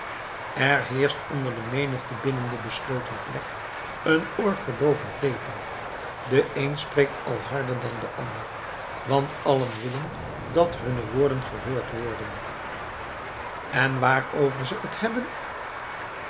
er heerscht onder de menigte binnen de besloten plek een oorverdoovend leven de een spreekt al harder dan de ander want allen willen dat hunne woorden gehoord worden en waarover ze het hebben